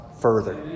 further